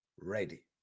ready